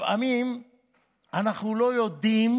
לפעמים אנחנו לא יודעים